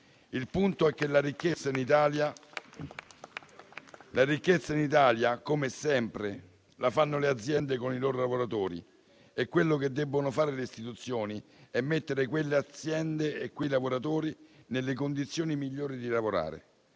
Il punto è che la ricchezza in Italia, come sempre, la fanno le aziende con i loro lavoratori e quello che devono fare le istituzioni è mettere quelle aziende e quei lavoratori nelle condizioni migliori di lavorare.